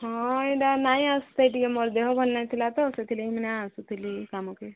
ହଁ ଏଇଟା ନାଇଁ ଆସ୍ତେ ସେ ଟିକେ ମୋରୋ ଦେହ ଭଲ ନଥିଲା ତ ସେଥି ଲାଗି ମୁଁ ନା ଆସୁଥିଲି କାମକେ